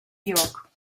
york